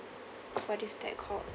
what is that called